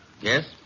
Yes